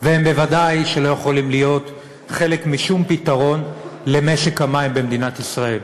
והם בוודאי לא יכולים להיות חלק משום פתרון למשק המים במדינת ישראל.